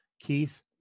Keith